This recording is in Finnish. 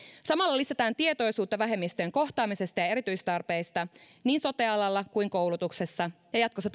samalla lisätään tietoisuutta vähemmistöjen kohtaamisesta ja erityistarpeista niin sote alalla kuin koulutuksessa ja jatkossa